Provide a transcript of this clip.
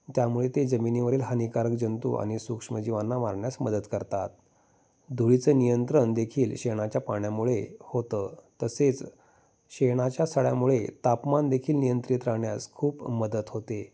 त्यामुळे ते जमिनीवरील हानिकारक जंतू आणि सूक्ष्मजीवांना मारण्यास मदत करतात धुळीचं नियंत्रण देखील शेणाच्या पाण्यामुळे होतं तसेच शेणाच्या सड्यामुळे तापमान देखील नियंत्रित राहण्यास खूप मदत होते